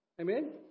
Amen